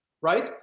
right